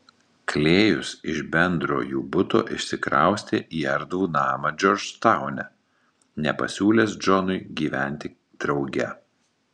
klėjus iš bendro jų buto išsikraustė į erdvų namą džordžtaune nepasiūlęs džonui gyventi drauge